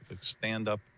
stand-up